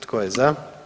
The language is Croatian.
Tko je za?